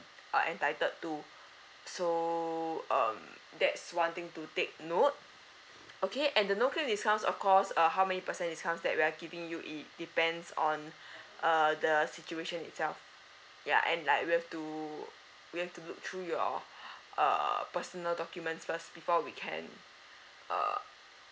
uh entitled to so um that's one thing to take note okay and the no claim discount of course uh how many percent discounts that we are giving you it depends on uh the situation itself ya and like we have to we have to look through your uh personal documents first before we can uh